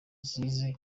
zize